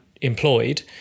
employed